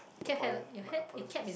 apolo~ my apologies